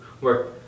work